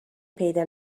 پیدا